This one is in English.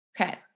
Okay